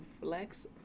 flex